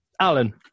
Alan